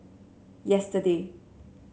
yesterday